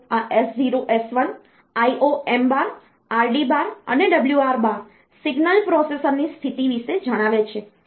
તો આ S0 S1 IOM RDઅને WR સિગ્નલ પ્રોસેસરની સ્થિતિ વિશે જણાવે છે